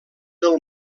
del